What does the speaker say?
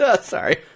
Sorry